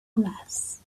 glass